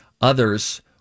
Others